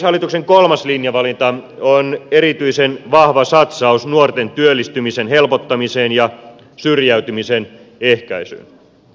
hallituksen kolmas linjavalinta on erityisen vahva satsaus nuorten työllistymisen helpottamiseen ja syrjäytymisen ehkäisyyn